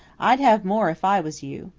i'd have more if i was you.